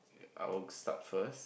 I'll start first